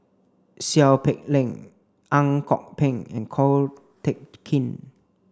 Seow Peck Leng Ang Kok Peng and Ko Teck Kin